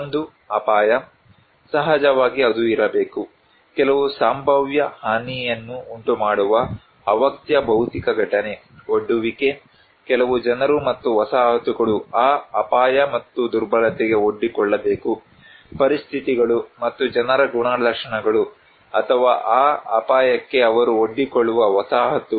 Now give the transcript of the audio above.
ಒಂದು ಅಪಾಯ ಸಹಜವಾಗಿ ಅದು ಇರಬೇಕು ಕೆಲವು ಸಂಭಾವ್ಯ ಹಾನಿಯನ್ನು ಉಂಟುಮಾಡುವ ಅವ್ಯಕ್ತ ಭೌತಿಕ ಘಟನೆ ಒಡ್ಡುವಿಕೆ ಕೆಲವು ಜನರು ಮತ್ತು ವಸಾಹತುಗಳು ಆ ಅಪಾಯ ಮತ್ತು ದುರ್ಬಲತೆಗೆ ಒಡ್ಡಿಕೊಳ್ಳಬೇಕು ಪರಿಸ್ಥಿತಿಗಳು ಮತ್ತು ಜನರ ಗುಣಲಕ್ಷಣಗಳು ಅಥವಾ ಆ ಅಪಾಯಕ್ಕೆ ಅವರು ಒಡ್ಡಿಕೊಳ್ಳುವ ವಸಾಹತುಗಳು